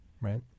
Right